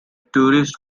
tourist